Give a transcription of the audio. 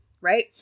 right